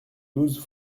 douze